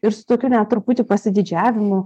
ir su tokiu net truputį pasididžiavimu